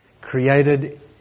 created